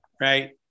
right